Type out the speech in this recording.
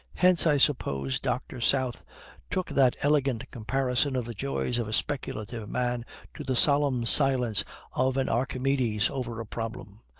hence i suppose dr. south took that elegant comparison of the joys of a speculative man to the solemn silence of an archimedes over a problem,